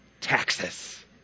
Taxes